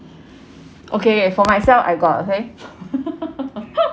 okay for myself I got okay